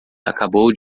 acabou